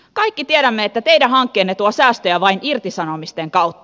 kaikki tiedämme että teidän hankkeenne tuo säästöjä vain irtisanomisten kautta